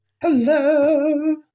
Hello